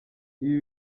ibi